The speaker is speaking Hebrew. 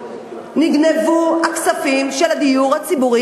נגנבו הכספים של הדיור הציבורי,